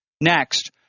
Next